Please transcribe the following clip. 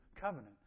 covenant